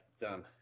done